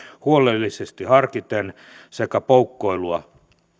huolellisesti harkiten sekä poukkoilua